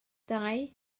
dau